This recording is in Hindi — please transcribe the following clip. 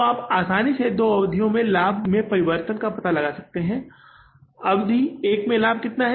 तो आप आसानी से दो अवधियों में लाभ में परिवर्तन का पता लगा सकते हैं अवधि एक में लाभ कितना है